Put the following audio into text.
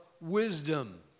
wisdom